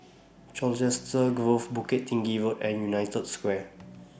Colchester Grove Bukit Tinggi Road and United Square